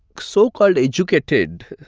so-called educated,